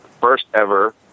first-ever